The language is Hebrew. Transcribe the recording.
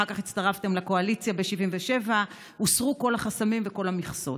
ואחר כך הצטרפתם לקואליציה ב-77' והוסרו כל החסמים וכל המכסות.